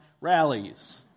rallies